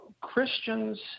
Christians